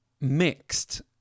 mixed